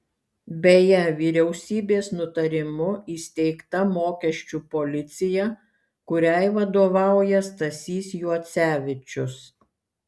beje vyriausybės nutarimu įsteigta mokesčių policija kuriai vadovauja stasys juocevičius